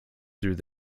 through